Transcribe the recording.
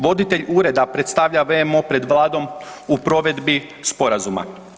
Voditelj Ureda predstavlja WMO pred Vladom u provedbi Sporazuma.